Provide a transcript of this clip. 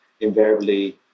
invariably